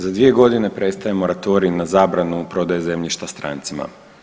Za 2 godine prestaje moratorij na zabranu prodaje zemljišta strancima.